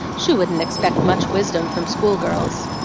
she wouldn't expect much wisdom from school-girls.